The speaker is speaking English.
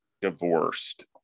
divorced